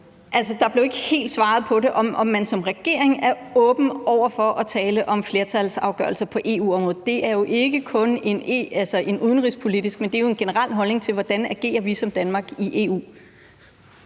der blev ikke helt svaret på det – om man som regering er åben over for at tale om flertalsafgørelser på EU-området. Det handler jo ikke kun om en udenrigspolitisk holdning, men om en generel holdning til, hvordan vi som Danmark agerer i EU.